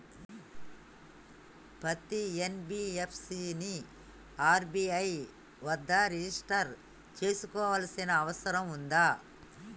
పత్తి ఎన్.బి.ఎఫ్.సి ని ఆర్.బి.ఐ వద్ద రిజిష్టర్ చేసుకోవాల్సిన అవసరం ఉందా?